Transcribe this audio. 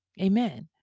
Amen